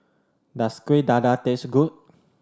does Kueh Dadar taste good